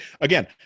again